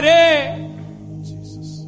Jesus